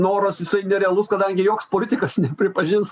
noras jisai nerealus kadangi joks politikas nepripažins